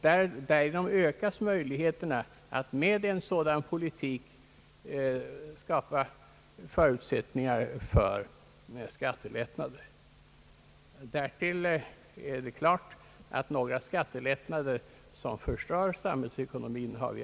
Därigenom ökas möjligheterna att skapa förutsättningar för skattelättnader. Det är klart att vi aldrig har ifrågasatt några skattelättnader som förstör samhällsekonomin.